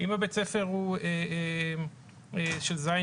אם בית הספר הוא של ז'